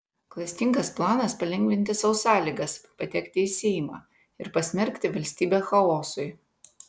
klastingas planas palengvinti sau sąlygas patekti į seimą ir pasmerkti valstybę chaosui